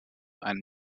einen